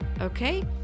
okay